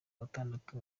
gatandatu